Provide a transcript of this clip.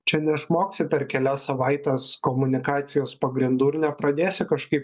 čia neišmoksi per kelias savaites komunikacijos pagrindų ir nepradėsi kažkaip